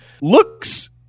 looks